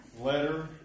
letter